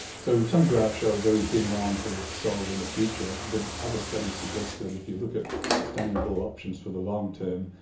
so some graphs show a very thin line for solar in the future but other studies suggest that if you look at sustainable options for the long term,